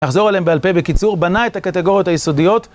נחזור עליהן בעל פה, בקיצור, בנה את הקטגוריות היסודיות